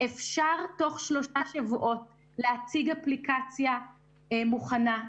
אפשר תוך שלושה שבועות להציג אפליקציה מוכנה.